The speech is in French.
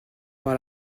par